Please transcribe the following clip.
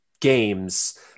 games